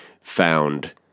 found